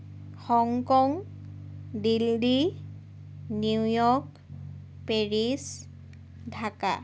Hong Kong Delhi New York Paris Dhaka